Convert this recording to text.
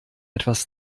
etwas